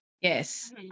Yes